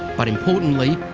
but, importantly,